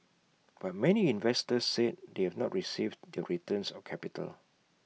but many investors said they have not received their returns or capital